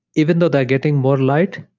even though they're getting more light,